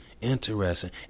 interesting